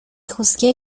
juzgué